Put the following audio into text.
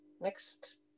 next